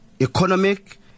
economic